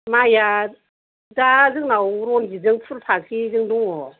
माइया दा जोंनाव रनजित जों फुल फाख्रिजों दङ